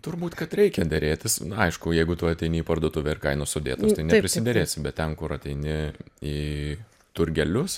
turbūt kad reikia derėtis aišku jeigu tu ateini į parduotuvę ir kainos sudėtos tai neprisiderėsi bet ten kur ateini į turgelius